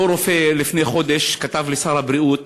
אותו רופא כתב לשר הבריאות